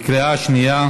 בקריאה שנייה.